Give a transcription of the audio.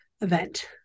event